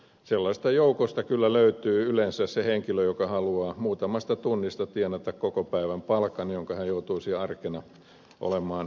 sellaisten joukosta kyllä löytyy yleensä se henkilö joka haluaa muutamasta tunnista tienata koko päivän palkan jonka ajan hän joutuisi arkena olemaan myymässä